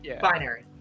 binary